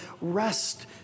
rest